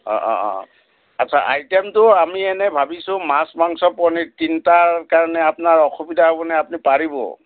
অঁ অঁ অঁ আচ্ছা আইটেমটো আমি এনেই ভাবিছোঁ মাছ মাংস পনীৰ তিনিটাৰ কাৰণে আপোনাৰ অসুবিধা হ'বনে আপুনি পাৰিব